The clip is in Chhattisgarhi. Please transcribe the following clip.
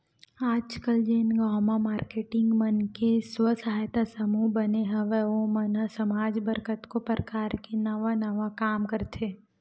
आजकल जेन गांव म मारकेटिंग मन के स्व सहायता समूह बने हवय ओ मन ह समाज बर कतको परकार ले नवा नवा काम करथे